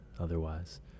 otherwise